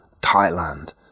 Thailand